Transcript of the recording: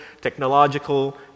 technological